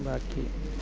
ബാക്കി